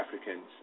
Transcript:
Africans